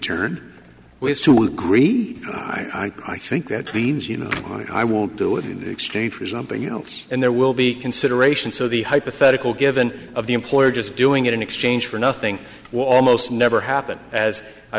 have to agree i think that means you know i won't do it in the exchange for something else and there will be consideration so the hypothetical given of the employer just doing it in exchange for nothing will almost never happen as i